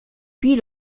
puis